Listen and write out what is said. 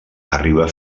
arriba